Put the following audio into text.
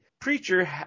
preacher